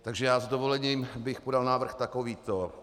Takže já s dovolením bych podal návrh takovýto.